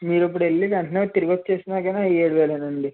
మీరు ఇప్పుడు వెళ్ళి వెంటనే తిరిగొచ్చేసినా కానీ ఏడు వేలే అండి